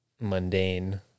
mundane